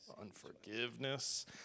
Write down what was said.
Unforgiveness